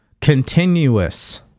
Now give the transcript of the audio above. continuous